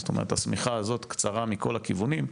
זאת אומרת השמיכה הזאת קצרה מכל הכיוונים,